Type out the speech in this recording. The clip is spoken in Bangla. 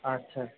আচ্ছা